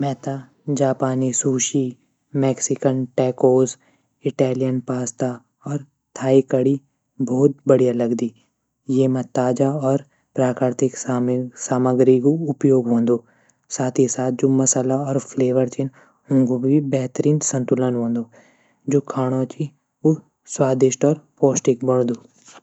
मेथे जापानी sushi Mexican tacos Italian pasta थाइकडी बढिय़ा लगदी। येमा ताजा और प्राकृतिक सामग्री प्रयोग हूदू। साथ ही साथ जू मसला फ्लेवर छन ऊंक भी बेहतरीन संतुलन हूंदू। जू खाणू च ऊ स्वादिष्ट और पौष्टिक बणदू।